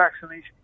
vaccination